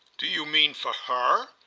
do you mean for her?